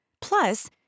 Plus